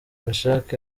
mechack